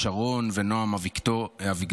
שרון ונעם אביגדורי,